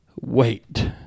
wait